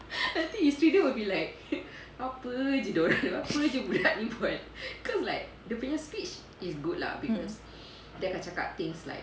mmhmm